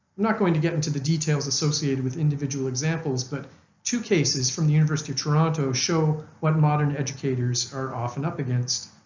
not going to get into the details associated with individual examples, but two cases from the university of toronto show what modern educators are often up against.